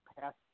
past